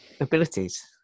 abilities